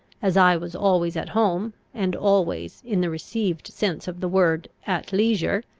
as i was always at home, and always, in the received sense of the word, at leisure,